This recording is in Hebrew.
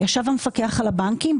יש המפקח על הבנקים,